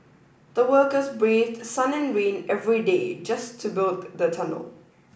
the workers braved sun and rain every day just to build the tunnel